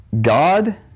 God